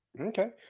Okay